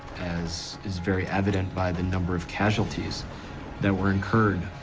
as is very evident by the number of casualties that were incurred.